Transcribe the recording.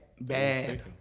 Bad